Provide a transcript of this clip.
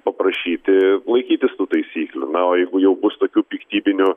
paprašyti laikytis tų taisyklių na o jeigu jau bus tokių piktybinių